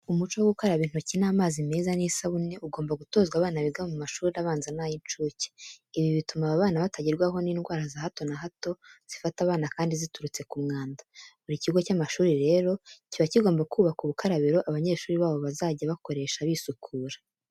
Umuco wo gukaraba intoki n'amazi meza n'isabune ugomba gutozwa abana biga mu mashuri abanza n'ay'incuke. Ibi bituma aba bana batagerwaho n'indwara za hato na hato zifata abana kandi ziturutse ku mwanda. Buri kigo cy'amashuri rero kiba kigomba kubaka ubukarabiro abanyeshuri babo bazajya bakoresha bisukura.